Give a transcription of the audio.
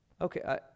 okay